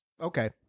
okay